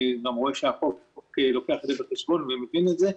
אני רואה שהחוק לוקח את זה בחשבון ומבין את זה.